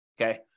Okay